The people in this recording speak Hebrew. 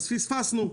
פספסנו.